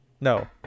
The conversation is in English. no